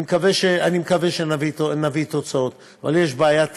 אני מקווה שנביא תוצאות, אבל יש בעיית תקציב.